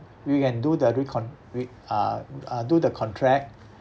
we can do the recon~ re~ uh uh do the contract